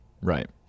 Right